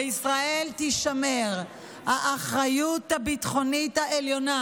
לישראל תישמר האחריות הביטחונית העליונה,